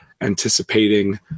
anticipating